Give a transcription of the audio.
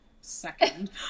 second